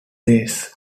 days